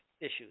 issues